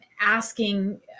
asking